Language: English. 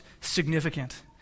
significant